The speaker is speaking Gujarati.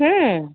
હમ